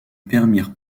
permirent